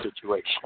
situation